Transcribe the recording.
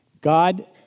God